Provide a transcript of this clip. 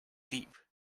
deep